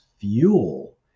fuel